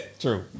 True